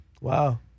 Wow